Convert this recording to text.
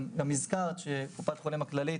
הזכרת גם שקופת חולים כללית